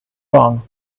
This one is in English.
wrong